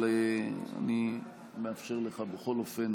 אבל אני מאפשר לך בכל אופן,